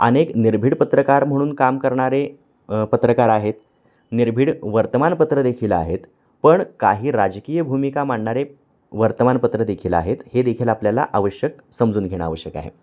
अनेक निर्भीड पत्रकार म्हणून काम करणारे पत्रकार आहेत निर्भीड वर्तमानपत्रदेखील आहेत पण काही राजकीय भूमिका मांडणारे वर्तमानपत्रदेखील आहेत हे देखील आपल्याला आवश्यक समजून घेणं आवश्यक आहे